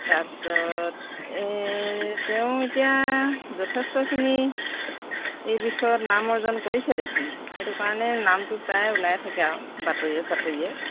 তাৰপিছত এই তেওঁ এতিয়া যথেষ্টখিনি এই বিষয়ত নাম অৰ্জন কৰিছে দেখোন সেইটো কাৰণে নামটো প্ৰায় ওলাই থাকে আৰু বাতৰিয়ে চাতৰিয়ে